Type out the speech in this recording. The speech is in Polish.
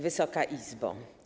Wysoka Izbo!